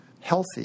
healthy